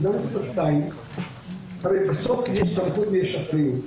נקודה מספר שתיים, הרי בסוף יש סמכות ויש אחריות.